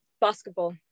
Basketball